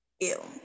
ew